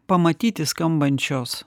pamatyti skambančios